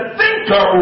thinker